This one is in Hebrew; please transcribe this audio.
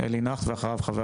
אלי נכט, בבקשה.